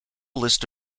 list